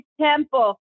temple